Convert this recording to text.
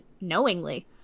knowingly